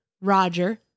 Roger